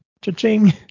Cha-ching